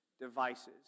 devices